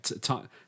time